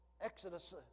Exodus